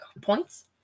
points